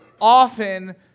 often